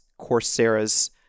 Coursera's